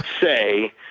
say